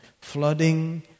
flooding